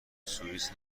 سوئیس